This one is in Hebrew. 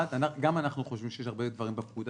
גם אנחנו חושבים שיש הרבה דברים בפקודה